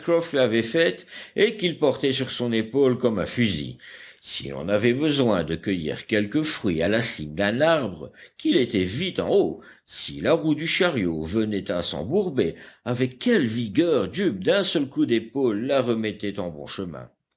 avait faite et qu'il portait sur son épaule comme un fusil si l'on avait besoin de cueillir quelque fruit à la cime d'un arbre qu'il était vite en haut si la roue du chariot venait à s'embourber avec quelle vigueur jup d'un seul coup d'épaule la remettait en bon chemin